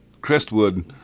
Crestwood